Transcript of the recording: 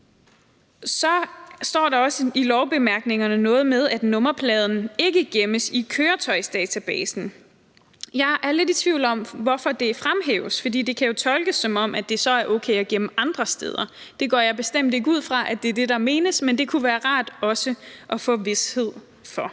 Så står der i lovbemærkningerne også noget med, at nummerpladen ikke gemmes i køretøjsdatabasen. Jeg er lidt i tvivl om, hvorfor det fremhæves, for det kan jo tolkes, som om det så er ok at gemme den andre steder. Det går jeg bestemt ikke ud fra er det, der menes, men det kunne være rart også at få vished for.